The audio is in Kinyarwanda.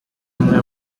umwe